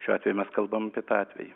šiuo atveju mes kalbam apie tą atvejį